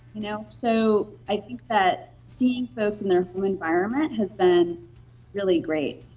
you know so i think that seeing folks in their home environment has been really great.